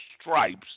stripes